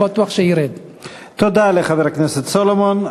תודה לחבר הכנסת סולומון.